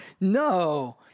No